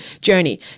journey